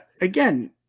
Again